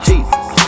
Jesus